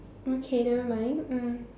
okay nevermind mm